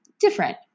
different